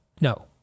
No